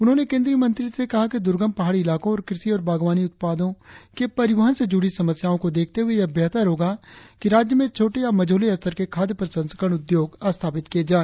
उन्होंने केंद्रीय मंत्री से कहा कि द्रर्गम पहाड़ी इलाकों और कृषि और बागवानी उत्पादों के परिवहन से जुड़ी समस्याओं को देखते हुए यह बेहतर होगा कि राज्य में छोटे या मझौले स्तर के खाद्य प्रसंस्करण उद्योग स्थापित किए जाए